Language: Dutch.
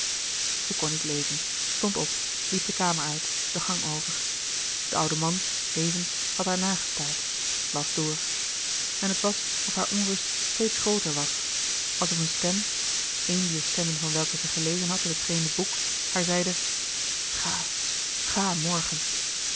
zij kon niet lezen stond op liep de kamer uit de gang over de oude man even had haar nagestaard las door en het was of hare onrust steeds grooter was alsof een stem eene dier stemmen van welke zij gelezen had in het vreemde boek haar zeide ga ga morgen